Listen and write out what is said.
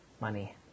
money